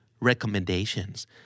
recommendations